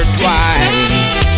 twice